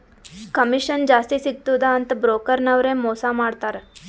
commission ಜಾಸ್ತಿ ಸಿಗ್ತುದ ಅಂತ್ ಬ್ರೋಕರ್ ನವ್ರೆ ಮೋಸಾ ಮಾಡ್ತಾರ್